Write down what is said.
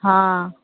हाँ